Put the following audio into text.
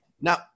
Now